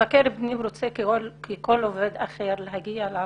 מבקר פנים רוצה ככל עובד אחר להגיע לעבודה,